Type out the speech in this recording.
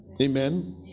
Amen